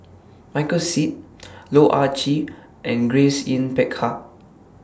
Michael Seet Loh Ah Chee and Grace Yin Peck Ha